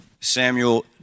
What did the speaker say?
Samuel